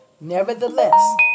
Nevertheless